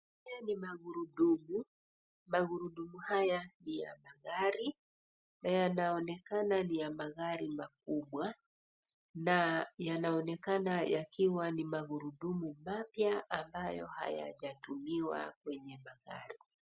Haya ni magurudumu. Magurudumu haya ni ya magari na yanaonekana ni ya magari makubwa na yanaonekana yakiwa ni magurudumu mapya ambayo hayajatumiwa kwenye magari.